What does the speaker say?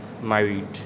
married